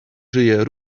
żyje